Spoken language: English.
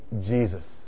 Jesus